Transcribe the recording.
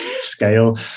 scale